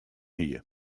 hie